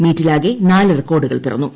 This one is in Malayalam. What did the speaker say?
മീറ്റിലാകെ നാല് റെക്കോഡുകൾ പിറന്നു